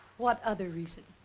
what other reason?